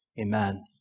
Amen